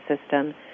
system